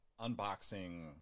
Unboxing